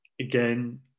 again